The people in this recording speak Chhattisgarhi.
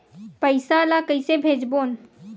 पईसा ला कइसे भेजबोन?